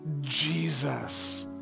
Jesus